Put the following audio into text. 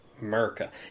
America